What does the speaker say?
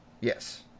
Yes